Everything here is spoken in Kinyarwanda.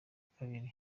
kabiri